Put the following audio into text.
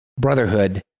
brotherhood